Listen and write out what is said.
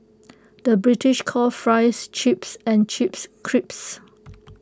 the British calls Fries Chips and Chips Crisps